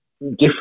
different